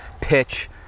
pitch